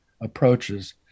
approaches